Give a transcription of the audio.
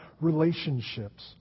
relationships